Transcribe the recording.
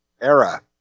era